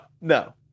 no